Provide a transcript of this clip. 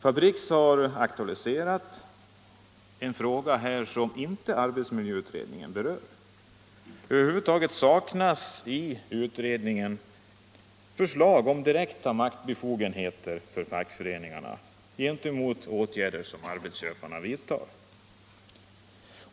Fabriks har här aktualiserat en fråga som arbetsmiljöutredningen inte Om bättre arbetsmiljö Om bättre arbetsmiljö berör. Över huvud taget saknas i utredningen förslag om direkta maktbefogenheter för fackföreningarna när det gäller åtgärder som arbetsköparna vidtar.